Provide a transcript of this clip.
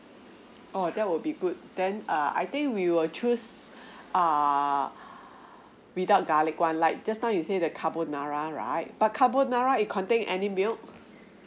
orh that would be good then err I think we will choose err without garlic one like just now you said the carbonara right but carbonara it contain any milk